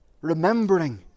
Remembering